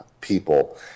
people